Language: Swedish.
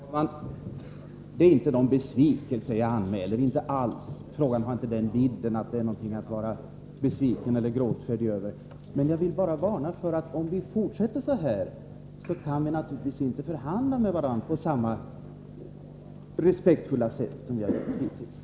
Herr talman! Det är inte någon besvikelse jag anmäler. Inte alls! Frågan har inte den vidden att det är något att vara besviken eller gråtfärdig över. Men jag vill varna för att vi, om vi fortsätter så här, naturligtvis inte kan förhandla med varandra på samma respektfulla sätt som vi har gjort hittills.